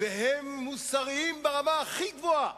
והם מוסריים ברמה הכי גבוהה,